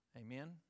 Amen